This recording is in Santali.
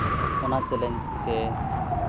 ᱚᱱᱟ ᱪᱮᱞᱮᱧᱡᱽ ᱥᱮ